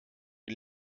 den